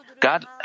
God